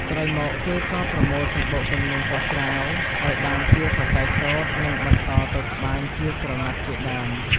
ក្រោយមកគេក៏ប្រមូលសំបុកទាំងនោះទៅស្រាវ ឱ្យបានជាសរសៃសូត្រ និងបន្តទៅត្បាញជាក្រណាត់ជាដើម។